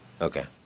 okay